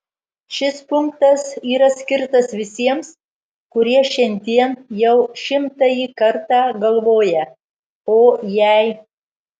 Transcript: šis punktas yra skirtas visiems kurie šiandien jau šimtąjį kartą galvoja o jei